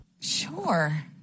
Sure